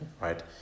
right